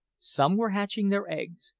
some were hatching their eggs,